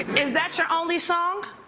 is that your only song?